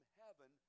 heaven